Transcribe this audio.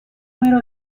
número